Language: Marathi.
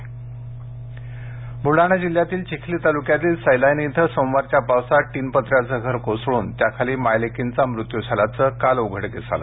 राज्य पाऊस ब्लडाणा जिल्हयातील चिखली तालुक्यातील सैलानी इथं सोमवारच्या पावसात टीनपत्र्याचं घर कोसळून त्याखाली मायलेकींचा मृत्यू झाल्याचं काल उघडकीस आलं